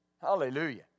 Hallelujah